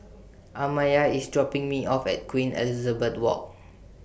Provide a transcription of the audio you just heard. Amaya IS dropping Me off At Queen Elizabeth Walk